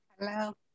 Hello